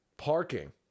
parking